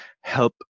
help